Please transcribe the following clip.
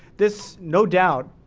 this, no doubt,